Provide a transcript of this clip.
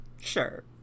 sure